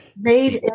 Made